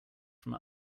from